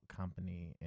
company